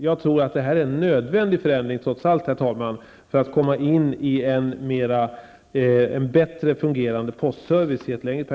Jag tror att detta är en nödvändig förändring för att i ett längre perspektiv komma in i en bättre fungerande postservice.